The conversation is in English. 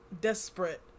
desperate